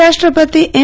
ઉપરાષ્ટ્રપતિ એમ